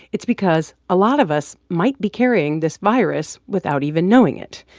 it's because a lot of us might be carrying this virus without even knowing it.